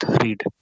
read